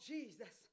Jesus